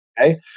Okay